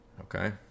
Okay